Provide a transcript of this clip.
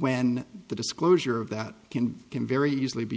when the disclosure of that can can very easily be